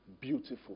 beautiful